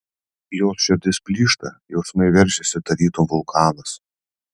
jos širdis plyšta jausmai veržiasi tarytum vulkanas